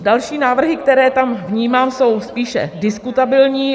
Další návrhy, které tam vnímám, jsou spíše diskutabilní.